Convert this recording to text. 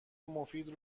مفیدی